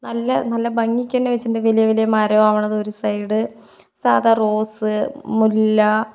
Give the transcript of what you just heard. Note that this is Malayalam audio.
നല്ല നല്ല ഭംഗിക്കു തന്നെ വെച്ചിട്ടുണ്ട് വലിയ വലിയ മരം ആകുന്നത് ഒരു സൈഡ് സാധാ റോസ് മുല്ലാ